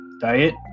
diet